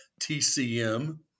TCM